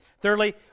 Thirdly